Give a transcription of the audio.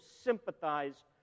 sympathize